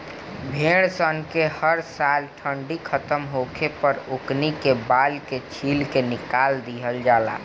भेड़ सन के हर साल ठंडी खतम होखे पर ओकनी के बाल के छील के निकाल दिहल जाला